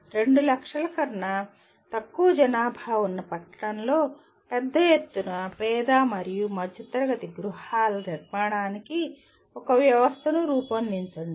2 లక్షల కన్నా తక్కువ జనాభా ఉన్న పట్టణంలో పెద్ద ఎత్తున పేద మరియు మధ్యతరగతి గృహాల నిర్మాణానికి ఒక వ్యవస్థను రూపొందించండి